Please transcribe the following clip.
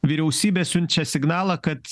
vyriausybė siunčia signalą kad